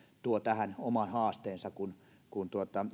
tuo tähän oman haasteensa kun kun